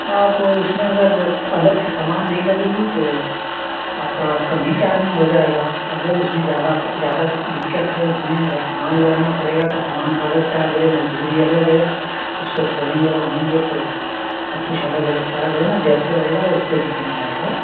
आप उसमें अगर अलग से सामान नहीं लगेगी तो आपका कम ही चार्ज में हो जाएगा अगर उसमें ज़्यादा ज़्यादा दिक्कत है उसमें अगर सामान लगाना पड़ेगा तो समान का अलग चार्ज है मजदूरी अलग है उसको खोलेंगे बाँधेंगे तो सब कुछ अलग अलग चार्ज है न जैसे रहेगा उसपे डिपेंड रहेगा